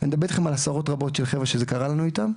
אני מדבר אתכם על עשרות רבות של חבר'ה שזה קרה לנו איתם,